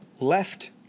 left